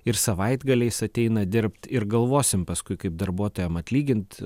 ir savaitgaliais ateina dirbt ir galvosim paskui kaip darbuotojam atlygint